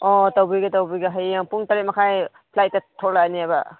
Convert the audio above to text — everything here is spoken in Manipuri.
ꯑꯣ ꯇꯧꯕꯤꯒꯦ ꯇꯧꯕꯤꯒꯦ ꯍꯌꯦꯡ ꯄꯨꯡ ꯇꯔꯦꯠ ꯃꯈꯥꯏ ꯐ꯭ꯂꯥꯏꯠꯇ ꯊꯣꯛꯂꯛꯑꯅꯦꯕ